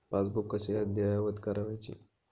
Passbook कसे अद्ययावत करायचे?